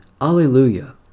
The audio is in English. Alleluia